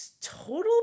total